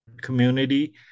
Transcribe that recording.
community